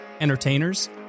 entertainers